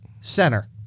center